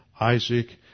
Isaac